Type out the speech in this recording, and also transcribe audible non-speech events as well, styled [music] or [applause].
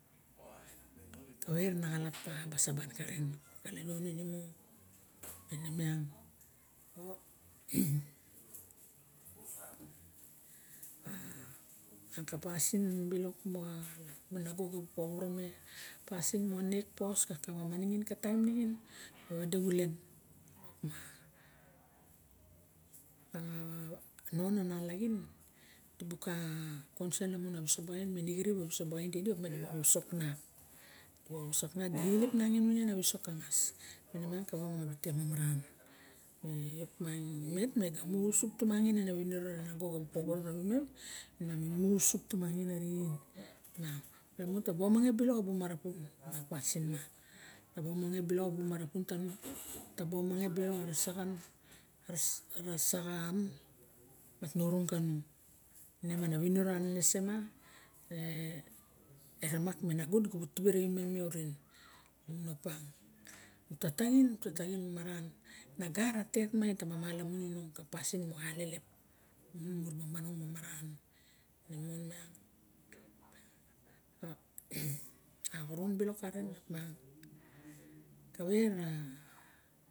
Kavae ra ana axalap papa xa saban karen kalaluonin imu ine miang [noise] [hesitation] na ka pasin bilok moxa me nago da buk vovoro me, pasin moxa nekpos, kakava ma ningin ka taim ningin mi vade xulen op ma [hesitation] no na nalaxin di bu xa consen lamun a visok bagain, me idu xirip a visok bagain ti di op ma di vovosok na, di vovosok, di eilep ningin avisok ka ngas. Ma ni miang kaka va ma vite mamaran. Me op miang, imet me xa mu xusup tomangin ana viniro e nago nabupovororavimem me xa mu usup tomangin arixen. [unintelligible] Lamun ta baomange bilok a bu ma ra pasin ma, taba a mange bilok a bu mara pun, taba omange bilok ara saxam mat natnorong kanum. Ma na vinoro anenese ma eremak me nago di bu tibe ra vimem orin lamun opa, ta taxin, ta taxin maran, na ga ra tet taba malamun inung. Pasin moxaalelep mu ra ba monong maran ine mon miang, ara xoron bilok karen opa kave ra.